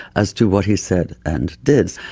as to what he said and did.